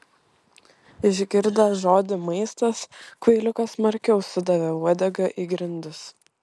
išgirdęs žodį maistas kvailiukas smarkiau sudavė uodega į grindis